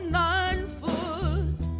nine-foot